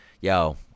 Yo